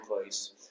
place